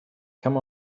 come